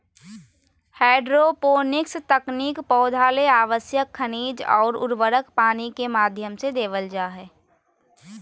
hydroponics तकनीक पौधा ले आवश्यक खनिज अउर उर्वरक पानी के माध्यम से देवल जा हई